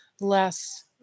less